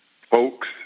folks